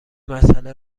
مساله